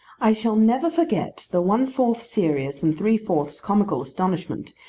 i shall never forget the one-fourth serious and three-fourths comical astonishment,